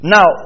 Now